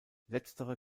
letztere